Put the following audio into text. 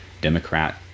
Democrat